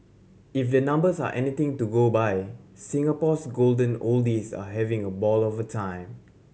if the numbers are anything to go by Singapore's golden oldies are having a ball of a time